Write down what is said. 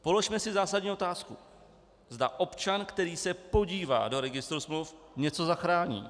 Položme si zásadní otázku, zda občan, který se podívá do registru smluv, něco zachrání.